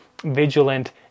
vigilant